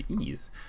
ease